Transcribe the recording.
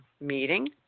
Meeting